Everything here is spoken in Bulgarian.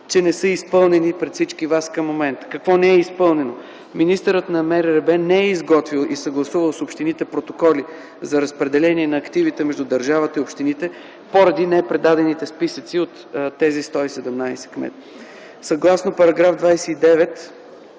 че не са изпълнени пред всички вас към момента. Какво не е изпълнено? Министърът на МРРБ не е изготвил и съгласувал с общините протоколи за разпределение на активите между държавата и общините, поради непредадените списъци от тези 117 кметове. Съгласно § 29